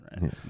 right